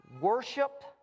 Worship